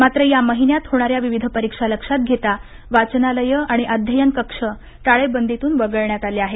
मात्र या महिन्यात होणाऱ्या विविध परीक्षा लक्षात घेता वाचनालयं आणि अध्ययन कक्ष टाळेबंदीतून वगळण्यात आले आहेत